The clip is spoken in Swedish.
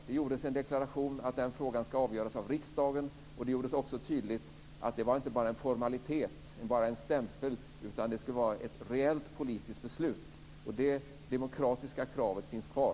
Det gjordes en deklaration om att frågan ska avgöras av riksdagen och det gjordes också tydligt att det inte bara var en formalitet, bara en stämpel, utan att det skulle vara ett reellt politiskt beslut, och det demokratiska kravet finns kvar.